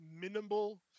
minimal